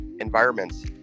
environments